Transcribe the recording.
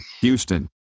Houston